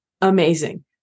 amazing